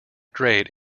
grade